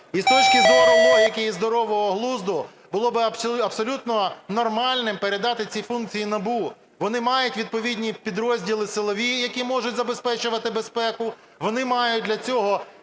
І з точки зору логіки і здорового глузду було би абсолютно нормальним передати ці функції НАБУ. Вони мають відповідні підрозділи силові, які можуть забезпечувати безпеку. Вони мають для цього...